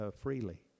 freely